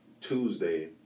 Tuesday